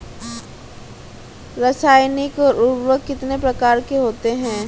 रासायनिक उर्वरक कितने प्रकार के होते हैं?